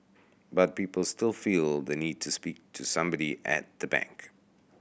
but people still feel the need to speak to somebody at a bank